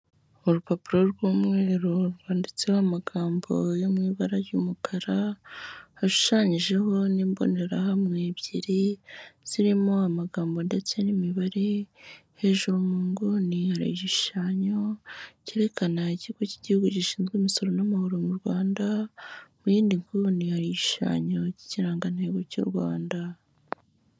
Urupapuro rw'umweru rwanditseho amagambo yo mu ibara ry'umukara, hashushanyijeho n'imbonerahamwe ebyiri, zirimo amagambo ndetse n'imibare, hejuru mu nguni hari igishushanyo cyerekana ikigo k'igihugu gishinzwe imisoro n'amahoro mu Rwanda, mu yindi nguni hari igishushanyo k'ikirangantego cy'u Rwanda.